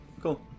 Cool